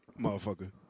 motherfucker